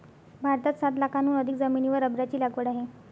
भारतात सात लाखांहून अधिक जमिनीवर रबराची लागवड आहे